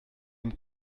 dem